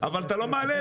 אבל אתה לא מעלה את זה.